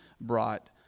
brought